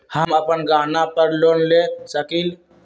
हम अपन गहना पर लोन ले सकील?